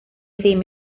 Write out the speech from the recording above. ddim